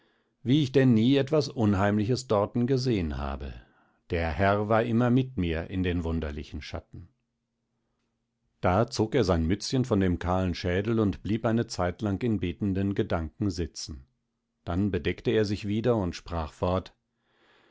wie ich denn nie etwas unheimliches dorten gesehn habe der herr war immer mit mir in den verwunderlichen schatten da zog er sein mützchen von dem kahlen schädel und blieb eine zeitlang in betenden gedanken sitzen dann bedeckte er sich wieder und sprach fort